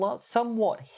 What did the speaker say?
somewhat